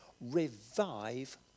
revive